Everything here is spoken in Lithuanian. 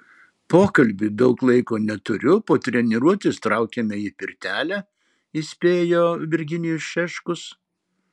pokalbiui daug laiko neturiu po treniruotės traukiame į pirtelę įspėjo virginijus šeškus